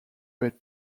but